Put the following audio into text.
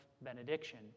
benediction